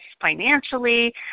financially